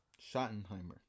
Schottenheimer